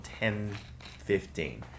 10.15